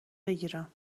بکیرم